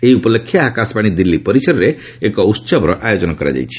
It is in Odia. ଏହି ଉପଲକ୍ଷେ ଆକାଶବାଣୀ ଦିଲ୍ଲୀ ପରିସରରେ ଏକ ଉତ୍ସବର ଆୟୋଜନ କରାଯାଇଛି